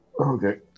Okay